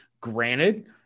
Granted